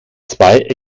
zwei